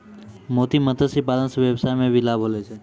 मोती मत्स्य पालन से वेवसाय मे भी लाभ होलो छै